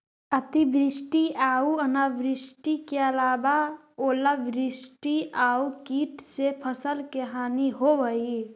अतिवृष्टि आऊ अनावृष्टि के अलावा ओलावृष्टि आउ कीट से फसल के हानि होवऽ हइ